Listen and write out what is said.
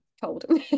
cold